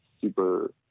super